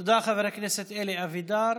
תודה, חבר הכנסת אלי אבידר.